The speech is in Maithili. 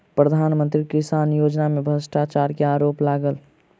प्रधान मंत्री किसान योजना में भ्रष्टाचार के आरोप लागल